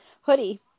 hoodie